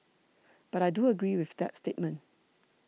but I do agree with that statement